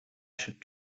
should